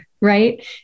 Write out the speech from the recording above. right